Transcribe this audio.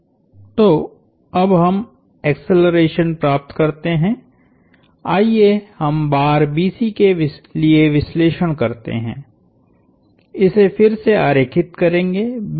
तो अब हम एक्सेलरेशन प्राप्त करते हैं आइए हम बार BC के लिए विश्लेषण करते हैं इसे फिर से आरेखित करेंगे